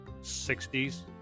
60s